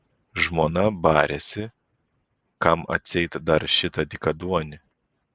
žmona barėsi kam atseit dar šitą dykaduonį